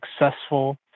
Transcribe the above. successful